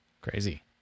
Crazy